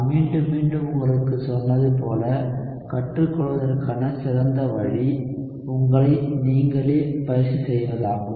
நான் மீண்டும் மீண்டும் உங்களுக்குச் சொன்னது போல கற்றுக்கொள்வதற்கான சிறந்த வழி உங்களை நீங்களே பயிற்சி செய்வதாகும்